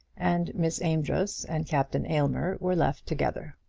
and miss amedroz and captain aylmer were left together.